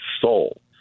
soul